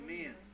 Amen